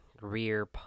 rear